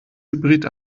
hybrid